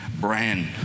brand